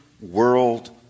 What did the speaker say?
world